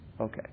Okay